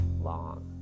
long